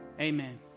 Amen